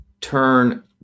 turn